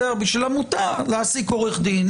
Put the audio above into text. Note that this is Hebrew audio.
בשביל עמותה להעסיק עורך דין,